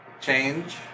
Change